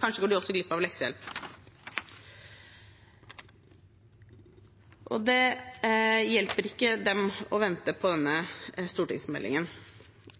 Kanskje går de også glipp av leksehjelp. Det hjelper ikke dem å vente på denne stortingsmeldingen.